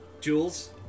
Jules